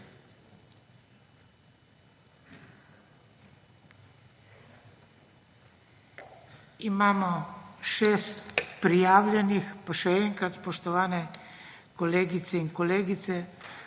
Imamo šest prijavljenih. Še enkrat, spoštovane kolegice in kolegi.